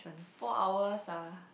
four hours ah